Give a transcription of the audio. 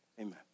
Amen